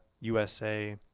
USA